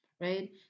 right